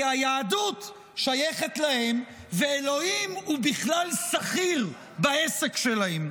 כי היהדות שייכת להם ואלוהים הוא בכלל שכיר בעסק שלהם.